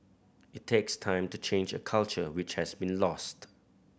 it takes time to change a culture which has been lost